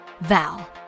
Val